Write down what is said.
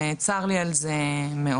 וצר לי על זה מאוד.